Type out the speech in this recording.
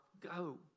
Go